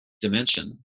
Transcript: dimension